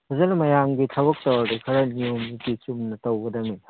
ꯐꯖꯅ ꯃꯌꯥꯝꯒꯤ ꯊꯕꯛ ꯇꯧꯔꯗꯤ ꯈꯔ ꯅꯤꯌꯣꯝ ꯅꯤꯇꯤ ꯆꯨꯝꯅ ꯇꯧꯒꯗꯃꯤꯗ